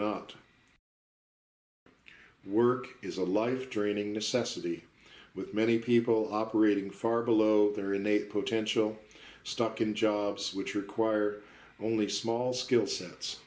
not work is a life draining necessity with many people operating far below ready their innate potential stock in jobs which require only small skill sets